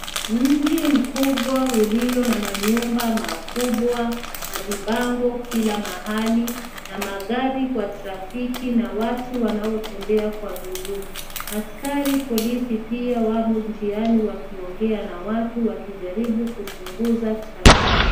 Mji mkubwa ulio na manyumba makubwa na vibango kila mahali na magari kwa trafiki na watu wanaotembea kwa miguu. Askari polisi pia wamo njiani wakiongea na watu wakijaribu kupunguza trafiki.